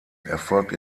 erfolgt